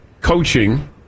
coaching